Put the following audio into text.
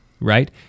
right